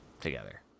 together